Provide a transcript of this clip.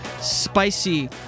spicy